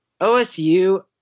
OSU